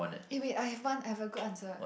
eh wait I have one I have a good answer